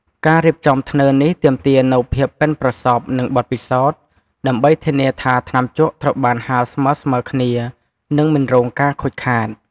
ការរៀបចំធ្នើរនេះទាមទារនូវភាពប៉ិនប្រសប់ និងបទពិសោធន៍ ដើម្បីធានាថាថ្នាំជក់ត្រូវបានហាលស្មើៗគ្នា និងមិនរងការខូចខាត។